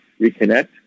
reconnect